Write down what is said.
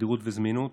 תדירות וזמינות,